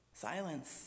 Silence